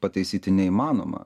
pataisyti neįmanoma